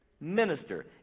Minister